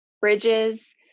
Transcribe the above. bridges